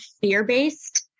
fear-based